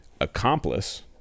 Accomplice